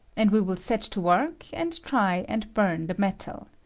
and we will set to work and try and burn the metal.